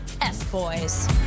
F-Boys